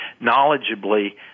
knowledgeably